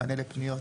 לפניות,